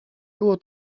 było